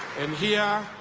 and here,